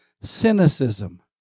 cynicism